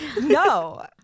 No